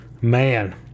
Man